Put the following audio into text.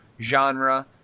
genre